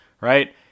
right